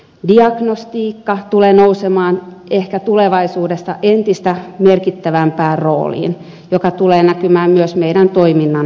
diagnostiikka tulee ehkä tulevaisuudessa nousemaan entistä merkittävämpään rooliin mikä tulee näkymään myös meidän toimintamme tasolla